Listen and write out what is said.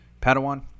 Padawan